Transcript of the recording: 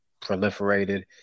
proliferated